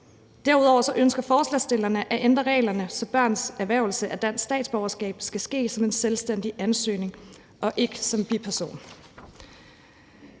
Derudover ønsker forslagsstillerne at ændre reglerne, så børns erhvervelse af dansk statsborgerskab skal ske som en selvstændig ansøgning og ikke som bipersoner.